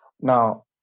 Now